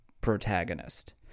protagonist